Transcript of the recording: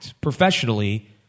Professionally